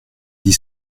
dit